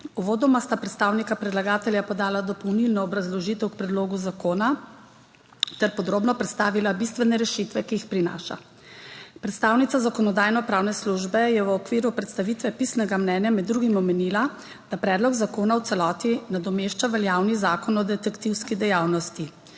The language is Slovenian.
Uvodoma sta predstavnika predlagatelja podala dopolnilno obrazložitev k predlogu zakona ter podrobno predstavila bistvene rešitve, ki jih prinaša. Predstavnica Zakonodajno-pravne službe je v okviru predstavitve pisnega mnenja med drugim omenila, da predlog zakona v celoti nadomešča veljavni Zakon o detektivski dejavnosti.